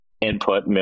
input